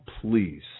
please